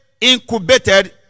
incubated